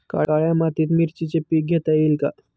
काळ्या मातीत मिरचीचे पीक घेता येईल का?